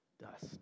dust